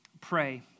pray